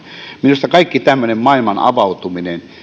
minusta kaikki tämmöinen maailman avautuminen